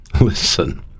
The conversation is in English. Listen